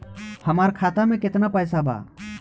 हमार खाता मे केतना पैसा बा?